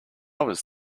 was